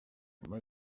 nyuma